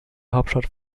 hauptstadt